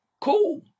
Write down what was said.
Cool